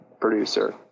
producer